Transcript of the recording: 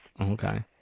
Okay